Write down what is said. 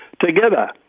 together